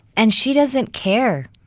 and she doesn't care.